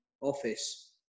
office